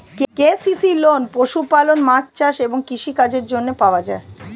KCC loan পশুপালন, মাছ চাষ এবং কৃষি কাজের জন্য পাওয়া যায়